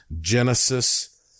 Genesis